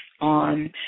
on